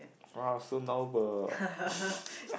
!wow! so now the